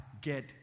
get